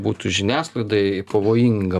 būtų žiniasklaidai pavojinga